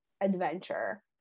adventure